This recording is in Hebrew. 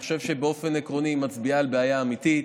אני חושב שבאופן עקרוני היא מצביעה על בעיה אמיתית,